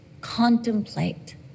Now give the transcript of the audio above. contemplate